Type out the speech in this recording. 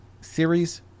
series